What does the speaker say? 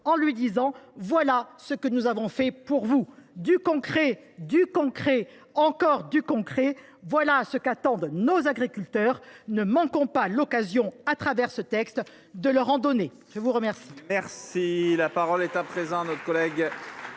en lui disant : voilà ce que nous avons fait pour vous ! Du concret, du concret, encore du concret : voilà ce qu’attendent nos agriculteurs. Ne manquons pas l’occasion, par ce texte, de leur en donner. La parole est à M.